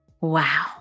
Wow